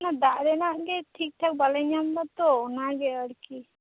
ᱚᱱᱟ ᱫᱟᱜᱽ ᱨᱮᱱᱟᱜ ᱜᱮ ᱴᱤᱠ ᱴᱷᱟᱠ ᱵᱟᱞᱮ ᱧᱟᱢ ᱮᱫᱟ ᱛᱚ ᱚᱱᱟ ᱜᱮ ᱟᱨᱠᱤ